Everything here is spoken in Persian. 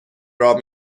راه